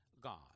God